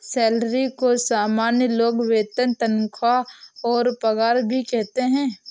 salary को सामान्य लोग वेतन तनख्वाह और पगार भी कहते है